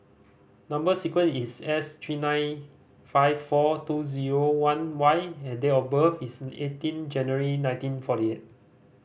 number sequence is S three nine five four two zero one Y and date of birth is eighteen January nineteen forty eight